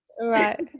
Right